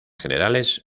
generales